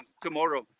tomorrow